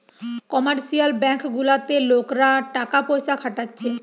commercial bank গুলাতে লোকরা টাকা পয়সা খাটাচ্ছে